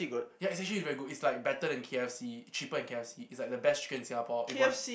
ya it's actually very good it's like better than K_F_C cheaper than K_F_C it's like the best chicken in Singapore if one